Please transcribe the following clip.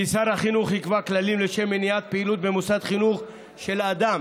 כי שר החינוך יקבע כללים לשם מניעת פעילות במוסד חינוך של אדם